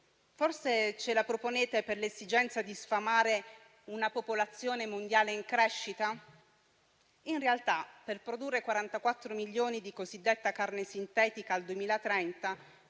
forse ce la proponete per l'esigenza di sfamare una popolazione mondiale in crescita? In realtà, per produrre 44 milioni di tonnellate di cosiddetta carne sintetica, al 2030,